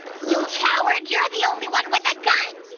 you coward! you're the only one with a gun!